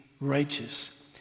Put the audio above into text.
righteous